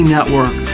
Network